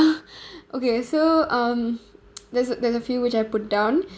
okay so um there's a there's a few which I put down